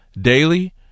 daily